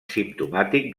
simptomàtic